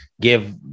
give